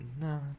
No